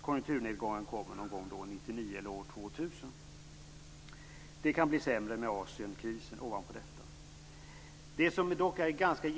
Konjunkturnedgången kommer någon gång 1999 eller år 2000. Ovanpå detta kan det bli sämre genom Asienkrisen.